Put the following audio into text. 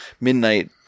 Midnight